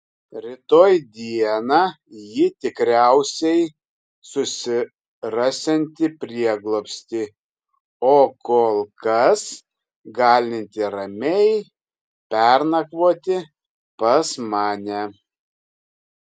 rytoj dieną ji tikriausiai susirasianti prieglobstį o kol kas galinti ramiai pernakvoti pas mane